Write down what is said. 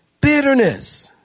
bitterness